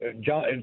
John